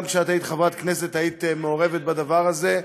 גם כשאת היית חברת כנסת היית מעורבת בדבר הזה.